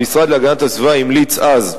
המשרד להגנת הסביבה המליץ אז,